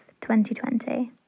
2020